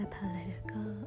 political